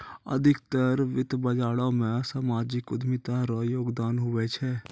अधिकतर वित्त बाजारो मे सामाजिक उद्यमिता रो योगदान हुवै छै